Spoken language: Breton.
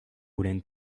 goulenn